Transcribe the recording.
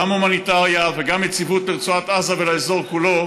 גם הומניטריה וגם יציבות לרצועת עזה ולאזור כולו,